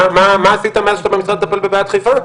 מה עשית מאז שאתה במשרד לטפל בבעיה של חיפה?